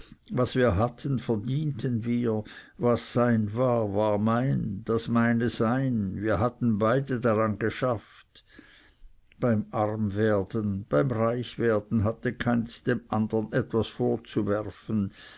was wir hatten verdienten wir was sein war war mein das meine sein wir hatten beide daran geschafft beim armwerden beim reichwerden hatte keins dem andern etwas vorzuwerfen